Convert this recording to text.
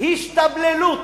השתבללות.